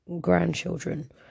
grandchildren